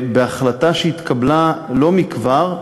בהחלטה שהתקבלה לא מכבר,